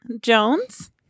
Jones